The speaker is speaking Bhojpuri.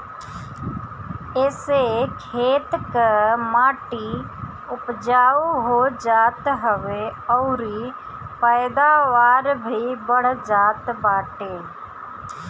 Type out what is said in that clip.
एसे खेत कअ माटी उपजाऊ हो जात हवे अउरी पैदावार भी बढ़ जात बाटे